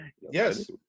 Yes